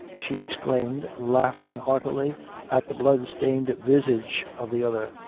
she exclaimed, laughing heartily at the blood-stained visage of the other.